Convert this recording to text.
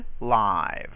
live